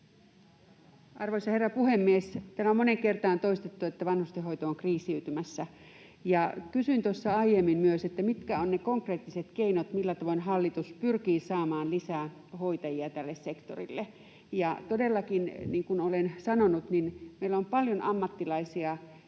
Arvoisa herra puhemies! Täällä on moneen kertaan toistettu, että vanhustenhoito on kriisiytymässä. Kysyin tuossa aiemmin myös, mitkä ovat ne konkreettiset keinot, millä tavoin hallitus pyrkii saamaan lisää hoitajia tälle sektorille. Todellakin, niin kuin olen sanonut, meillä on paljon ammattilaisia,